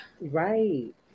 Right